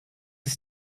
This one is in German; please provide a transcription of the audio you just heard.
ist